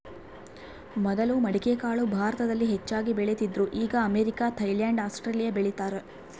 ಮೊದಲು ಮಡಿಕೆಕಾಳು ಭಾರತದಲ್ಲಿ ಹೆಚ್ಚಾಗಿ ಬೆಳೀತಿದ್ರು ಈಗ ಅಮೇರಿಕ, ಥೈಲ್ಯಾಂಡ್ ಆಸ್ಟ್ರೇಲಿಯಾ ಬೆಳೀತಾರ